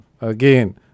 Again